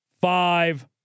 five